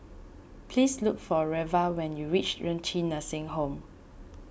please look for Reva when you reach Renci Nursing Home